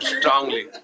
strongly